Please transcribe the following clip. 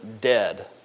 dead